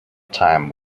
time